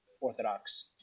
Orthodox